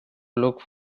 look